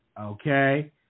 okay